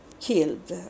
killed